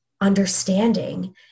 understanding